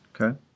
Okay